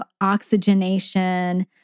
oxygenation